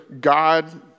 God